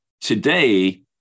Today